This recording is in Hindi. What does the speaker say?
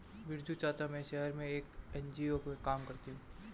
बिरजू चाचा, मैं शहर में एक एन.जी.ओ में काम करती हूं